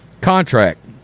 contract